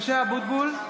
(קוראת בשמות חברי הכנסת) משה אבוטבול,